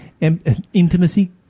intimacy